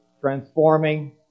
transforming